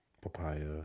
Papaya